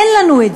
אין לנו.